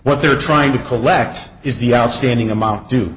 what they're trying to collect is the outstanding amount d